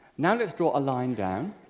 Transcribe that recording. now let's draw a line down